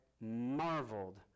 marveled